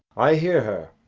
i hear her.